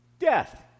death